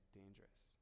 dangerous